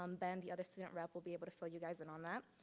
um ben, the other student rep will be able to fill you guys in on that.